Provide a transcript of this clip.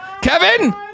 Kevin